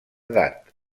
edat